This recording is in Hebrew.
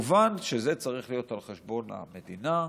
מובן שזה צריך להיות על חשבון המדינה,